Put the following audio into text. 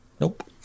Nope